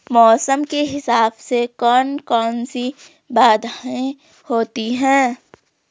मौसम के हिसाब से कौन कौन सी बाधाएं होती हैं?